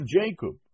Jacob